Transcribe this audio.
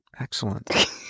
Excellent